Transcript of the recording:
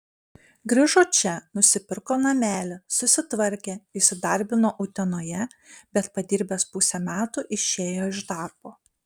grįžo čia nusipirko namelį susitvarkė įsidarbino utenoje bet padirbęs pusę metų išėjo iš darbo